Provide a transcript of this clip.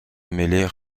mêler